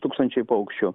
tūkstančiai paukščių